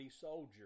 soldier